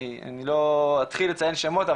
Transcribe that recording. אני לא אתחיל לציין שמות,